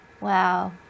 Wow